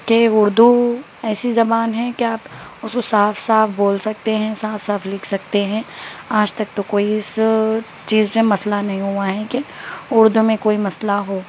کہ اردو ایسی زبان ہے کہ آپ اس کو صاف صاف بول سکتے ہیں صاف صاف لکھ سکتے ہیں آج تک تو کوئی اس چیز میں مسئلہ نہیں ہوا ہے کہ اردو میں کوئی مسئلہ ہو